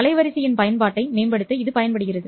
அலைவரிசையின் பயன்பாட்டை மேம்படுத்த இது பயன்படுகிறது